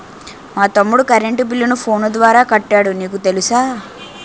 మా తమ్ముడు కరెంటు బిల్లును ఫోను ద్వారా కట్టాడు నీకు తెలుసా